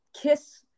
kiss